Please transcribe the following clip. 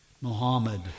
Muhammad